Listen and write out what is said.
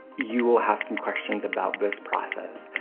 you will have some questions about this process.